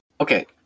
okay